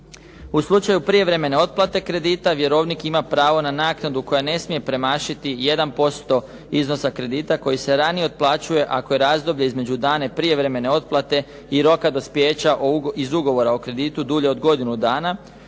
U slučaju prijevremene otplate kredita vjerovnik ima pravo na naknadu koja ne smije premašiti 1% iznosa kredita koji se ranije otplaćuje ako je razdoblje između dane prijevremene otplate i roka dospijeća iz ugovora o kreditu dulje od godinu dana,